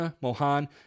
Mohan